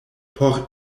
por